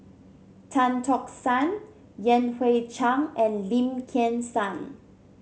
Tan Tock San Yan Hui Chang and Lim Kim San